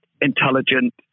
intelligent